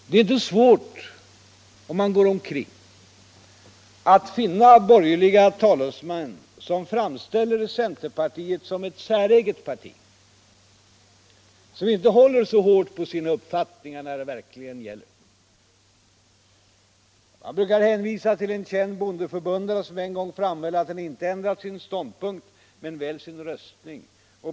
Det är inte svårt — om man går omkring — att finna borgerliga talesmän som framställer centerpartiet som ett säreget parti som inte håller så hårt på sina uppfattningar när det verkligen gäller. Man brukar hänvisa till en känd bondeförbundare, som en gång framhöll att han inte ändrat sin ståndpunkt men väl sin röstning.